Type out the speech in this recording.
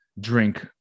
drink